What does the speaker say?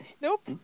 Nope